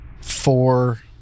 four